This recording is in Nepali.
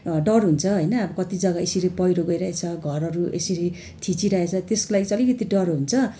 डर हुन्छ होइन कति जग्गा यसरी पहिरो गइरहेछ घरहरू यसरी थिचिरहेछ त्यस्को लागि चाहिँ अलिकती डर हुन्छ